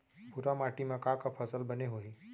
भूरा माटी मा का का फसल बने होही?